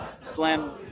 Slim